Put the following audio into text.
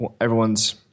everyone's